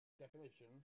definition